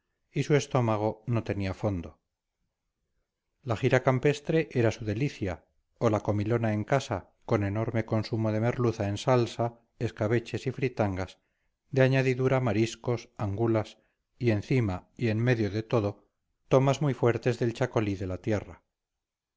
y su estómago no tenía fondo la jira campestre era su delicia o la comilona en casa con enorme consumo de merluza en salsa escabeches y fritangas de añadidura mariscos angulas y encima y en medio de todo tomas muy fuertes del chacolí de la tierra